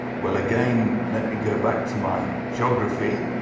well, again, let me go back to my geography.